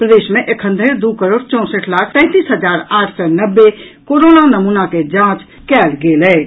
प्रदेश मे एखन धरि दू करोड़ चौसठि लाख तैतीस हजार आठ सय नब्बे कोरोना नमूना के जांच कयल गेल अछि